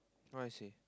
what I say